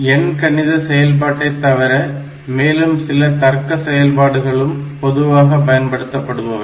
எண்கணித செயல்பாட்டை தவிர மேலும் சில தர்க்க செயல்பாடுகளும் பொதுவாக பயன்படுத்தப்படுபவை